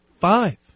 Five